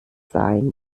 sein